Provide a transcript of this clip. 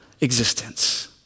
existence